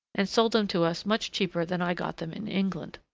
and sold them to us much cheaper than i got them in england.